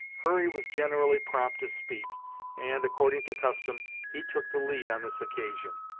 hurry was generally prompt to speak and, according to custom, he took the lead on this occasion.